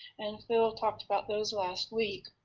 and phil talked about those last week.